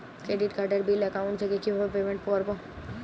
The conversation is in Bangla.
ক্রেডিট কার্ডের বিল অ্যাকাউন্ট থেকে কিভাবে পেমেন্ট করবো?